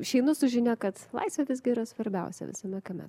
išeinu su žinia kad laisvė visgi yra svarbiausia visame kame